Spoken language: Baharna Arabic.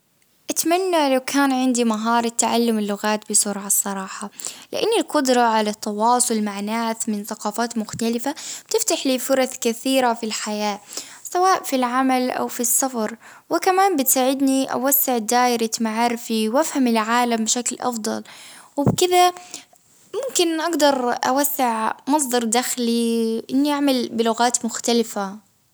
أتمنى لو كان عندي مهارة تعلم اللغات بسرعة الصراحة، لإني قدرة على التواصل مع ناس من ثقافات مختلفة، تفتح لي فرص كثيرة في الحياة، سواء في العمل أو في السفر، وكمان بتساعدني أوسع دائرة معارفي ،وأفهم العالم بشكل أفضل، وبكذا ممكن أقدر أوسع مصدر دخلي إني أعمل بلغات مختلفة.